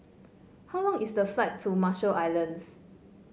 how long is the flight to Marshall Islands